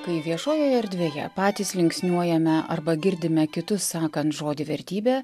kai viešojoje erdvėje patys linksniuojame arba girdime kitus sakant žodį vertybė